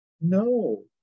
No